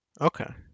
Okay